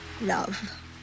love